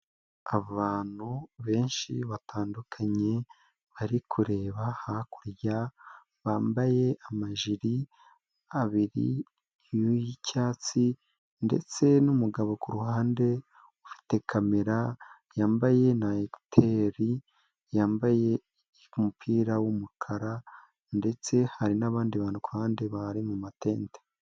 Abantu benshi batandukanye, bari kureba hakurya, bambaye amajiri abiri y'icyatsi ndetse n'umugabo kuruhande, ufite kamera, yambaye na ekuteri, yambaye umupira w'umukara ndetse hari n'abandi bantu ku ruhande bari mu matente.